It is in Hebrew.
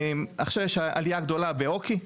עכשיו יש עלייה גדולה בהוקי,